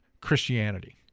Christianity